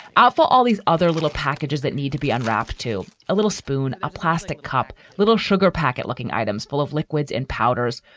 ah all these other little packages that need to be unwrapped to a little spoon, a plastic cup, little sugar packet, looking items full of liquids and powders,